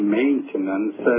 maintenance